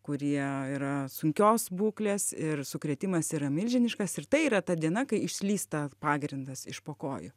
kurie yra sunkios būklės ir sukrėtimas yra milžiniškas ir tai yra ta diena kai išslysta pagrindas iš po kojų